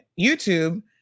YouTube